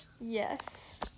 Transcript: Yes